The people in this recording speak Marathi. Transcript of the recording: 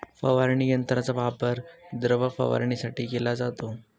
फवारणी यंत्राचा वापर द्रव फवारणीसाठी केला जातो